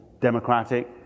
democratic